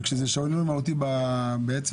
וזה שינוי מהותי באחוזים.